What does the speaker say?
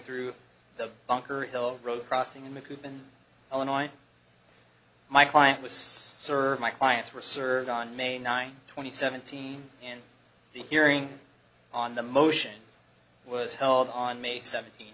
through the bunker hill road crossing in the cuban illinois my client was served my clients were served on may nine twenty seventeen in the hearing on the motion was held on may seventeen